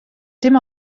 dim